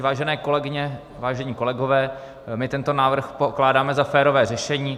Vážené kolegyně, vážení kolegové, my tento návrh pokládáme za férové řešení.